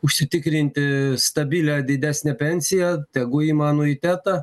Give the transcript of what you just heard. užsitikrinti stabilią didesnę pensiją tegu ima anuitetą